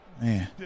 Man